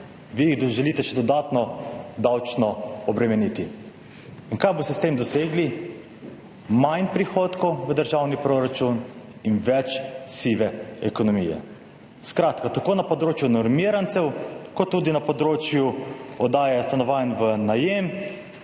vi jih želite še dodatno davčno obremeniti. In kaj boste s tem dosegli? Manj prihodkov v državni proračun in več sive ekonomije. Skratka, tako na področju normirancev kot tudi na področju oddaje stanovanj v najem